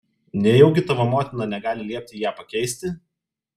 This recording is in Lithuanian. nejaugi tavo motina negali liepti ją pakeisti